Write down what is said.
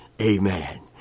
amen